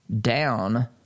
down